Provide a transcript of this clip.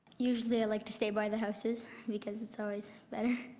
usually i like to stay by the houses because it's always better.